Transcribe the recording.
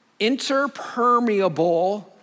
interpermeable